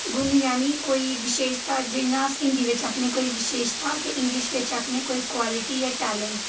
गुण यानि कोई विशेशता जि'यां अस हिंदी बिच आखने कोई विशेशता ते इंग्लिश बिच आखने कोई क्वालिटी जां टैलैंट